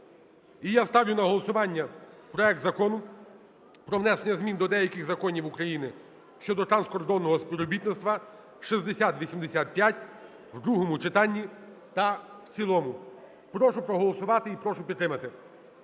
І я ставлю на голосування проект Закону про внесення змін до деяких законів України щодо транскордонного співробітництва (6085) в другому читанні та в цілому. Прошу проголосувати і прошу підтримати.